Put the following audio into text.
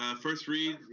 ah first read,